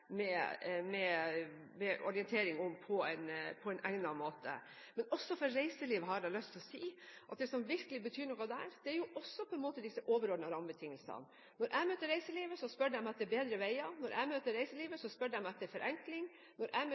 med orientering om på en egnet måte. Men jeg har lyst til å si at det som virkelig betyr noe for reiselivet, er jo også disse overordnede rammebetingelsene. Når jeg møter reiselivet, så spør de etter bedre veier. Når jeg møter reiselivet, så spør de etter forenkling. Når jeg